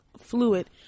fluid